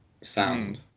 sound